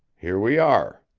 here we are.